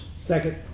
second